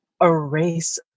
erase